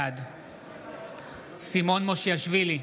בעד סימון מושיאשוילי,